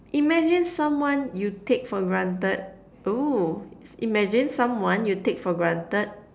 imagine someone you take for granted oo imagine someone you take for granted